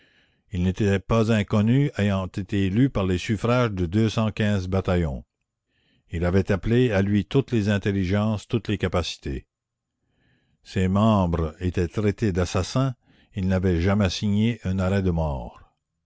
il n'était pas inconnu ayant été élu par les suffrages de deux cent quinze bataillons il avait appelé à lui toutes les intelligences toutes les capacités ses membres étaient traités d'assassins ils n'avaient jamais signé un arrêt de mort